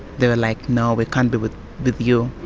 they were like, no, we can't be with with you.